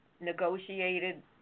negotiated